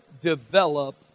develop